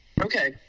okay